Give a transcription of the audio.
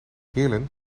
heerlen